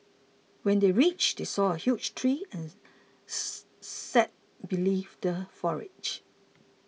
when they reached they saw a huge tree and sat beneath the foliage